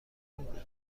میده